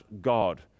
god